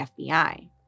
FBI